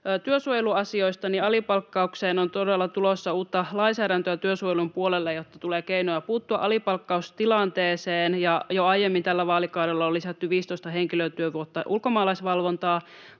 työsuojeluasioista. Alipalkkaukseen on todella tulossa uutta lainsäädäntöä työsuojelun puolella, jotta tulee keinoja puuttua alipalkkaustilanteeseen. Ja jo aiemmin tällä vaalikaudella on lisätty 15 henkilötyövuotta ulkomaalaisvalvontaan.